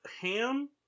ham